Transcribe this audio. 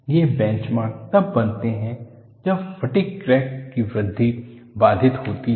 ये बेंचमार्क तब बनते हैं जब फटिग क्रैक की वृद्धि बाधित होती है